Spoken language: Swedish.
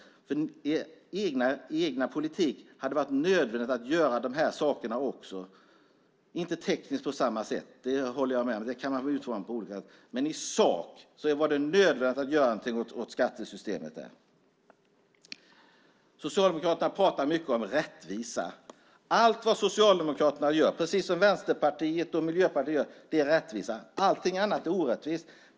Även i er egen politik hade det varit nödvändigt att göra dessa saker. Kanske inte på samma sätt rent tekniskt - det håller jag med om. Det kan utformas på olika sätt. Men i sak var det nödvändigt att göra något åt skattesystemet. Socialdemokraterna pratar mycket om rättvisa. Allt vad Socialdemokraterna, Vänsterpartiet och Miljöpartiet gör är rättvist. Allting annat är orättvist.